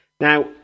Now